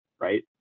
right